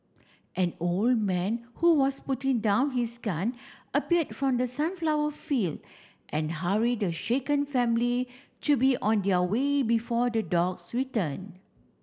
an old man who was putting down his gun appeared from the sunflower field and hurried the shaken family to be on their way before the dogs return